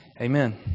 Amen